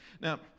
Now